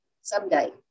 someday